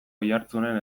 oiartzunen